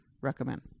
recommend